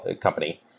company